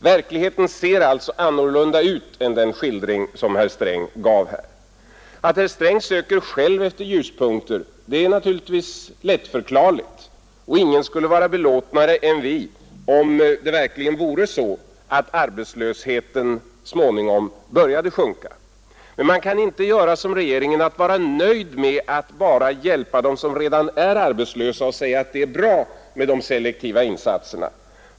Verkligheten ser alltså annorlunda ut än den skildring som herr Sträng gav. Att herr Sträng själv söker efter ljuspunkter är naturligtvis lättförklarligt. Och ingen skulle vara belåtnare än vi om det verkligen vore så, att arbetslösheten småningom började sjunka. Men man kan inte göra som regeringen: vara nöjd med att bara hjälpa dem som redan är arbetslösa och säga att det är bra med de selektiva insatserna.